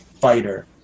fighter